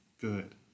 good